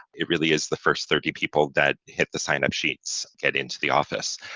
it really is the first thirty people that hit the sign up sheets get into the office.